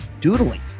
doodling